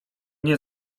nie